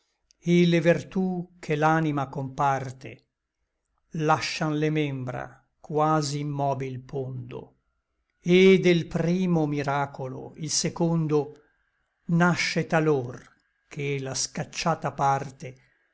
et le vertú che l'anima comparte lascian le membra quasi immobil pondo et del primo miracolo il secondo nasce talor che la scacciata parte